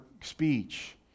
speech